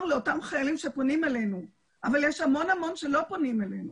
לאותם חיילים שפונים אלינו אבל יש המון שלא פונים אלינו.